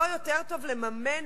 לא יותר טוב לממן,